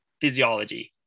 physiology